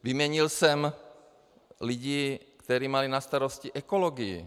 Vyměnil jsem lidi, kteří mají na starosti ekologii.